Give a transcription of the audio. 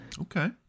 Okay